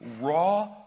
raw